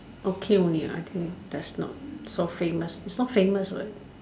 okay only ah I think that's not so famous it's not famous what